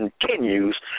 continues